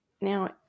Now